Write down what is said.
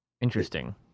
interesting